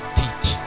teach